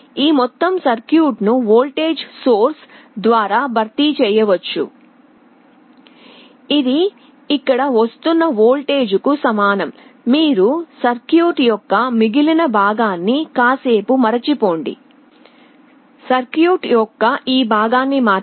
ఈ మొత్తం సర్క్యూట్ను వోల్టేజ్ మూలం ద్వారా భర్తీ చేయవచ్చు ఇది ఇక్కడ వస్తున్న వోల్టేజ్కు సమానం మీరు సర్క్యూట్ యొక్క మిగిలిన భాగాన్ని కాసేపు మరచిపోండి సర్క్యూట్ యొక్క ఈ భాగాన్ని మాత్రమే